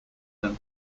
them